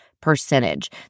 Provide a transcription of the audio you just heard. percentage